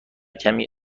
کمی